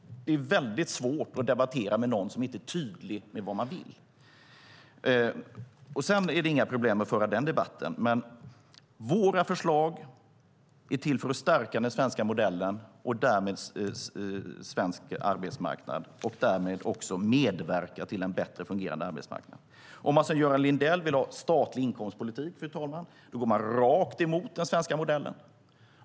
Det är väldigt svårt att debattera med någon som inte är tydlig med vad man vill. Sedan är det inga problem med att föra den debatten. Våra förslag är till för att stärka den svenska modellen och därmed svensk arbetsmarknad - och därmed också medverka till en bättre fungerande arbetsmarknad. Om man som Göran Lindell vill ha statlig inkomstpolitik, fru talman, går man rakt emot den svenska modellen.